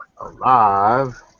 alive